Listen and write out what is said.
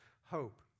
hope